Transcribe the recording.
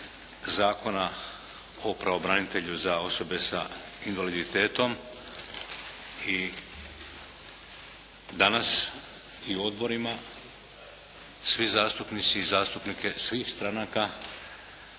Zakona o pravobranitelju za osobe sa invaliditetom i danas i u odborima svi zastupnici i zastupnike svih stranaka